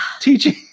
Teaching